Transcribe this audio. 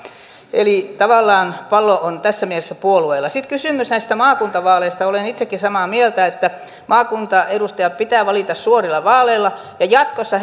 eli tavallaan pallo on tässä mielessä puolueilla sitten kysymys näistä maakuntavaaleista olen itsekin samaa mieltä että maakuntaedustajat pitää valita suorilla vaaleilla ja jatkossa